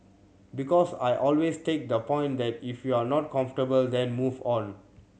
because I always take the point that if you're not comfortable then move on